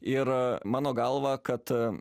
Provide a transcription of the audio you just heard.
ir mano galva kad